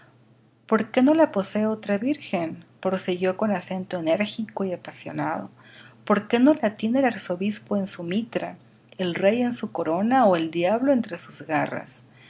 por qué no la posee otra virgen prosiguió con acento enérgico y apasionado por qué no la tiene el arzobispo en su mitra el rey en su corona ó el diablo entre sus garras